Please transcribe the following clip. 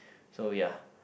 so ya